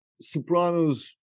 sopranos